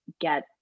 get